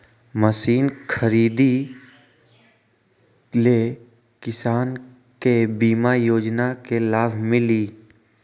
Machine खरीदे ले किसान के बीमा योजना के लाभ मिली?